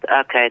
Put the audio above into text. Okay